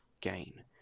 gain